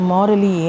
Morally